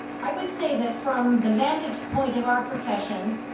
i would say that from the vantage point of our profession,